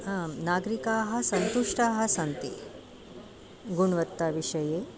आं नागरीकाः सन्तुष्टाः सन्ति गुणवत्ता विषये